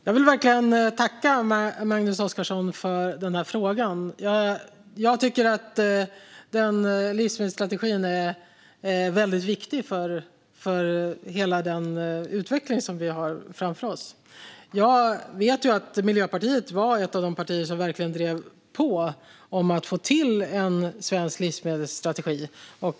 Fru talman! Jag vill tacka Magnus Oscarsson för frågan. Livsmedelsstrategin är väldigt viktig för hela den utveckling som vi har framför oss. Miljöpartiet var ett av de partier som verkligen drev på för att få till en svensk livsmedelsstrategi.